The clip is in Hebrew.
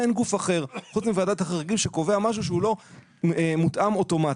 אין גוף אחר - חוץ מוועדת החריגים שקובע משהו שהוא לא מותאם אוטומטית.